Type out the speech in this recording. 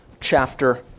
chapter